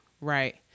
Right